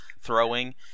throwing